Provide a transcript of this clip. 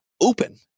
open